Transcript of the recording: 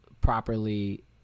properly